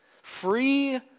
free